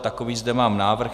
Takový zde mám návrh.